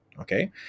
okay